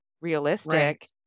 realistic